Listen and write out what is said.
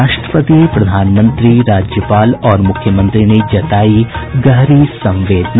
राष्ट्रपति प्रधानमंत्री राज्यपाल और मुख्यमंत्री ने जतायी गहरी संवदेना